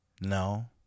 No